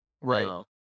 Right